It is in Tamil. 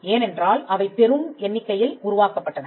ஏனென்றால் அவை பெறும் எண்ணிக்கையில் உருவாக்கப்பட்டன